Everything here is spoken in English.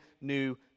new